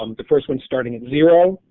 um the first one starting at zero,